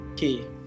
okay